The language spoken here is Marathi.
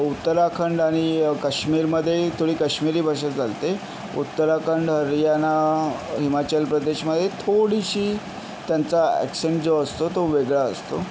उत्तराखंड आणि काश्मीरमदे थोडी कश्मिरी भाषा चालते उत्तराखंड हरियाणा हिमाचल प्रदेशमध्ये थोडीशी त्यांचा अॅक्सेंट जो असतो तो वेगळा असतो